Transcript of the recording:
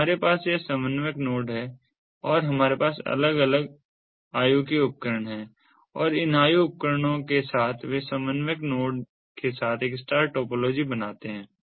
तो हमारे पास यह समन्वयक नोड है और हमारे पास अलग अलग आयु के उपकरण हैं और इन आयु उपकरणों के साथ वे समन्वयक नोड के साथ एक स्टार टोपोलॉजी बनाते हैं